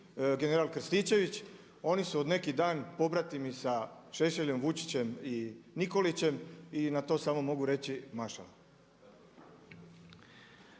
general Krstičević, oni su od neki dan pobratimi sa Šešeljem, Vučićem i Nikolićem i na to samo mogu reći mašala.